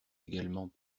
également